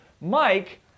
Mike